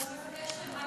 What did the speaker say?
אף אחד לא מבקש מהן.